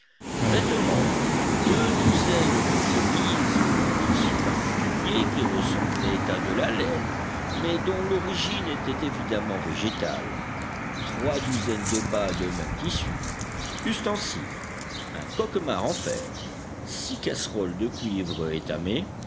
vêtements douzaines de chemises d'un tissu particulier qui ressemblait à de la laine mais dont l'origine était évidemment végétale douzaines de bas de même tissu ustensiles coquemar en fer casseroles de cuivre étamé